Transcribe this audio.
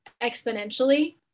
exponentially